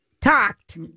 talked